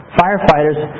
firefighters